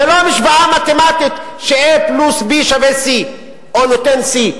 זה לא משוואה מתמטית ש-a+b=c, או נותן c,